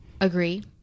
agree